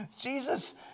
Jesus